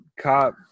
Cop